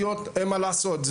אין מה לעשות,